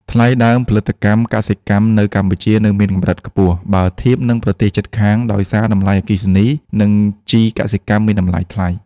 ថ្លៃដើមផលិតកម្មកសិកម្មនៅកម្ពុជានៅមានកម្រិតខ្ពស់ បើធៀបនឹងប្រទេសជិតខាង ដោយសារតម្លៃអគ្គិសនី និងជីកសិកម្មមានតម្លៃថ្លៃ។